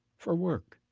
for work